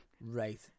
Right